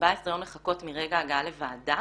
14 יום לחכות מרגע הגעה לוועדה